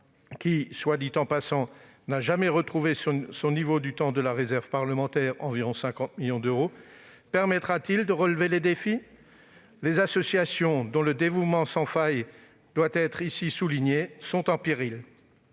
qui, soit dit en passant, n'a jamais retrouvé son niveau du temps de la réserve parlementaire- environ 50 millions d'euros -permettra-t-il de relever les défis ? Les associations, dont le dévouement sans faille doit être souligné, sont en péril.